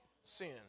sin